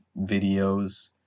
videos